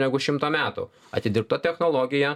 negu šimto metų atidirbta technologija